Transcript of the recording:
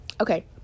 Okay